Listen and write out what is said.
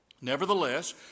Nevertheless